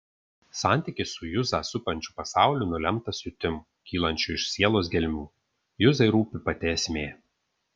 santykis su juzą supančiu pasauliu nulemtas jutimų kylančių iš sielos gelmių juzai rūpi pati esmė